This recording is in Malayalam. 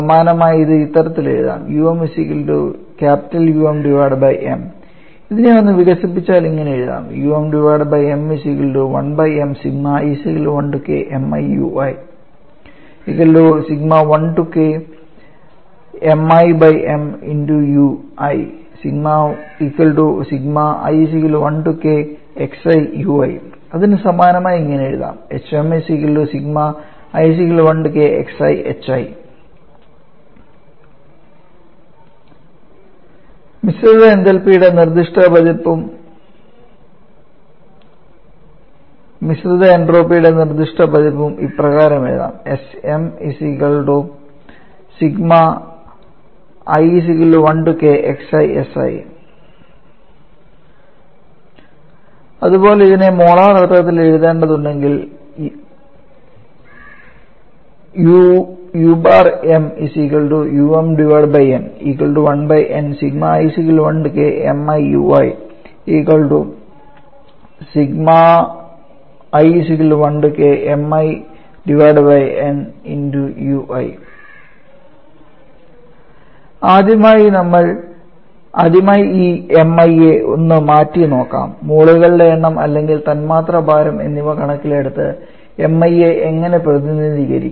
സമാനമായി ഇത് ഇത്തരത്തിൽ എഴുതാം ഇതിനെ ഒന്ന് വികസിപ്പിച്ചാൽ ഇങ്ങനെ എഴുതാം അതിനു സമാനമായി ഇങ്ങനെ എഴുതാം മിശ്രിത എന്തൽപിയുടെ നിർദ്ദിഷ്ട പതിപ്പും മിശ്രിത എൻട്രോപ്പിയുടെ നിർദ്ദിഷ്ട പതിപ്പും അതുപോലെ ഇതിനെ മോളാർ അർത്ഥത്തിൽ എഴുതേണ്ടതുണ്ടെങ്കിൽ ആദ്യമായി ഈ mi യെ ഒന്നു മാറ്റി നോക്കാം മോളുകളുടെ എണ്ണം അല്ലെങ്കിൽ തന്മാത്രാ ഭാരം എന്നിവ കണക്കിലെടുത്ത് mi യെ എങ്ങനെ പ്രതിനിധീകരിക്കും